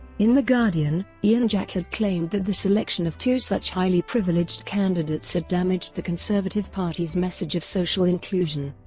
in the guardian, ian jack had claimed that the selection of two such highly privileged candidates had damaged the conservative party's message of social inclusion,